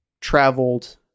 traveled